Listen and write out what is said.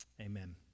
amen